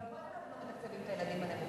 הלוא קודם אמרת שתתקצב את הילדים הנמוכים,